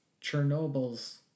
Chernobyl's